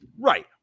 Right